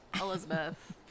Elizabeth